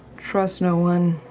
trust no one.